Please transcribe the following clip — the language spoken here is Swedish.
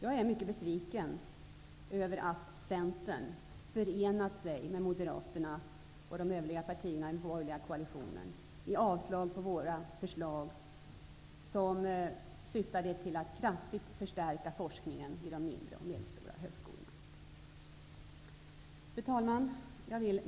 Jag är mycket besviken över att Centern har förenat sig med Moderaterna och de övriga partierna i den borgerliga koalitionen och avstyrkt våra förslag som syftade till att kraftigt förstärka forskningen vid de mindre och medelstora högskolorna. Fru talman!